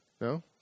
No